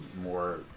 more